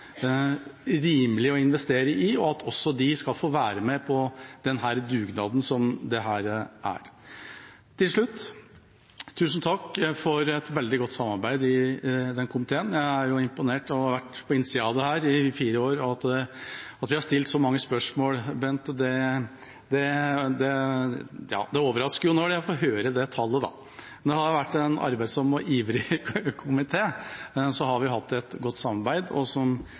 rimelig å investere i, og at også de skal få være med på den dugnaden som dette er. Til slutt: Tusen takk for et veldig godt samarbeid i denne komiteen. Jeg er imponert – jeg har vært på innsiden av dette i fire år – over at vi har stilt så mange spørsmål. Det overrasker når jeg får høre det tallet. Men det har vært en arbeidsom og ivrig komité, og vi har hatt et godt samarbeid. Og som